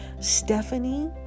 Stephanie